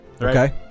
Okay